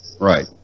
Right